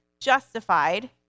justified